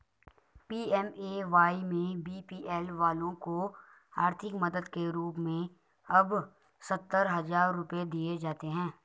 PMAY में BPL वालों को आर्थिक मदद के रूप में अब सत्तर हजार रुपये दिए जाते हैं